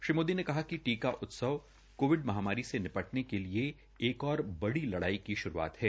श्री मोदी ने कहा कि टीका उत्सव कोविड महामारी से निपटान के लिए एक और बड़ी लड़ाई की शुरूआत है